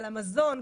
המזון,